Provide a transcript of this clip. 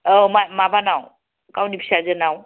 औ मा माबानाव गावनि फिसाजोनाव